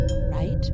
Right